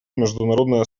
международное